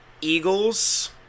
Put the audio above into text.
Eagles